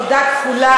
תודה כפולה,